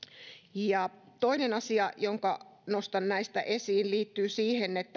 toinen asia jonka nostan näistä esiin liittyy siihen